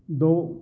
ਦੋ